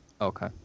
Okay